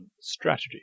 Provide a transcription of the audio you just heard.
Strategy